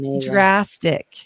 drastic